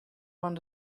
want